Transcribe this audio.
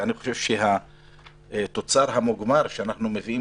ואני חושב שהתוצר המוגמר שאנחנו מביאים